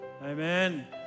Amen